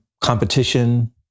competition